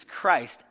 Christ